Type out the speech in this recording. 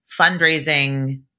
fundraising